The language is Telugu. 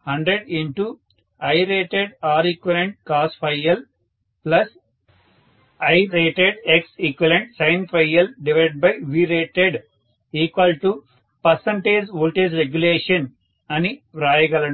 100IratedReqcosLIratedXeqsinLVratedvoltage regulation అని వ్రాయగలను